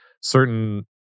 certain